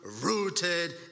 rooted